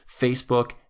Facebook